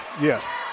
Yes